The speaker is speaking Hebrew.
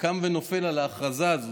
קם ונופל על ההכרזה הזאת,